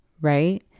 right